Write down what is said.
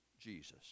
Jesus